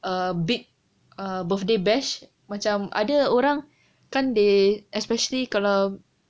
uh big uh birthday bash macam ada orang kan they especially kalau